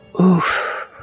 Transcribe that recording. Oof